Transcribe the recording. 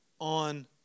on